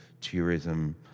tourism